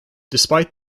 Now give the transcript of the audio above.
despite